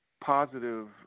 positive